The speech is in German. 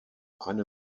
eine